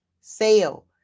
sale